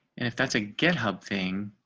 if that's a github thing.